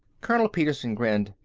colonel petersen grinned.